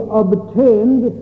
obtained